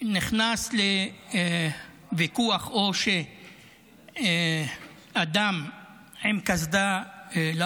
נכנס לוויכוח, או שאדם עם קסדה הוא